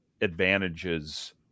advantages